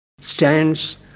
stands